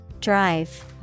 Drive